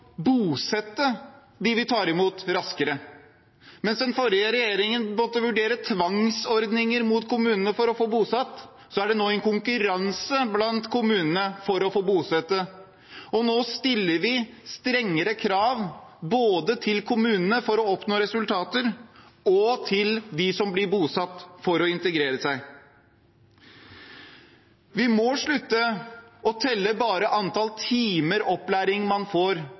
bosette raskere dem vi tar imot. Mens den forrige regjeringen måtte vurdere tvangsordninger mot kommunene for å få bosatt, er det nå en konkurranse blant kommunene for å få bosette. Nå stiller vi strengere krav både til kommunene om å oppnå resultater og til dem som blir bosatt om å integrere seg. Vi må slutte bare å telle antallet timer opplæring man får,